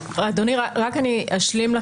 אדוני, רק אני אשלים.